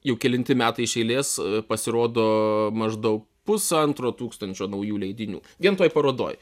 jau kelinti metai iš eilės pasirodo maždaug pusantro tūkstančio naujų leidinių vienoj toj parodoj